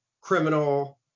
criminal